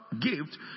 gift